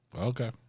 Okay